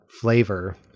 flavor